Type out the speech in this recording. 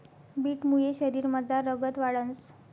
बीटमुये शरीरमझार रगत वाढंस